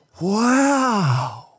Wow